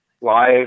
live